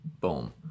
Boom